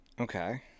okay